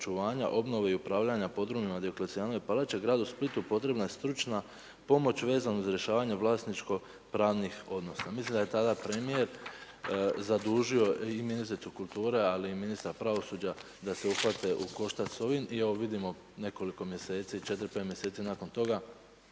obnove i upravljanja podrumima Dioklecijanove palače, gradu Splitu potrebna je stručna pomoć vezano uz rješavanje vlasničko pravnih odnosa. Mislim da je tada premijer zadužio i ministricu kulture, ali i ministra pravosuđa da se uhvate u koštac s ovim. I vidimo nekoliko mjeseci, 4, 5 mjeseci nakon toga